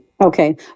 Okay